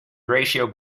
ratio